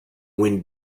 when